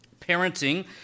Parenting